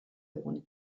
want